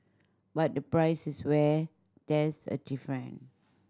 but the price is where there's a different